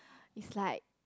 it's like